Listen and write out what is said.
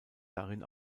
darin